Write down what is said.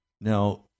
now